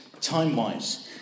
time-wise